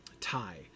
tie